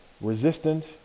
resistant